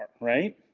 Right